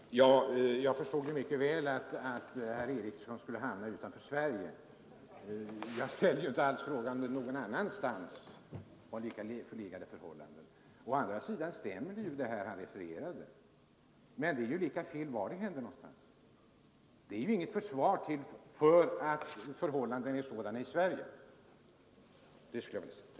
Fru talman! Jag förstår mycket väl att herr Eriksson skulle hamna utanför Sverige. Jag ställde inte frågan om det i något annat land fanns lika förlegade förhållanden. Å andra sidan stämmer ju det som han refererade, men det är lika fel var någonstans det än händer. Vad han svar för förhållandena i Sverige. nämnde är ju inget fö Överläggningen var härmed slutad.